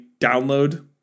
download